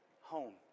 home